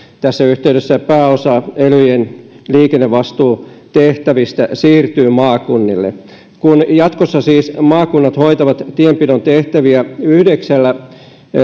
tässä yhteydessä pääosa elyjen liikennevastuutehtävistä siirtyy maakunnille kun jatkossa siis maakunnat hoitavat tienpidon tehtäviä yhdeksällä